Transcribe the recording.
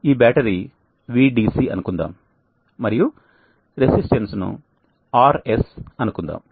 ఈ battery Vdc అనుకుందాం మరియు రెసిస్టన్స్ ను RS అనుకుందాం